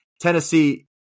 Tennessee